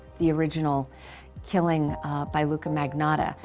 the original killing by luka magnotta,